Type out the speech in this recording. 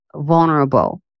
vulnerable